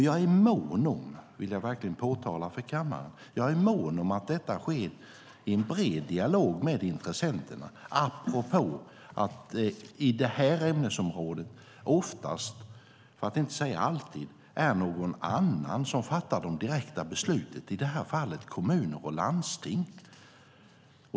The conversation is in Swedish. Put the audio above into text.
Jag är mån, det vill jag verkligen framhålla för kammaren, om att detta sker i en bred dialog med intressenterna, apropå att det i det här ämnesområdet oftast, för att inte säga alltid, är någon annan som fattar de direkta besluten, i det här fallet kommuner och landsting.